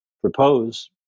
propose